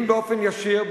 אם באופן ישיר,